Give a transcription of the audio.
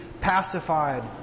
pacified